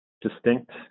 distinct